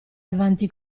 avanti